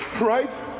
right